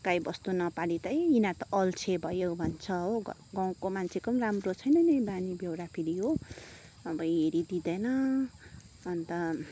गाईबस्तु नपाली त ए यिनीहरू त अल्छे भयो भन्छ हो गाउँको मान्छेको पनि राम्रो छैन नि बानी बेहोरा फेरि हो अब हेरिदिँदैन अन्त